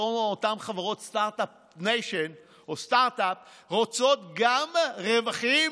אותן חברות סטרטאפ רוצות גם רווחים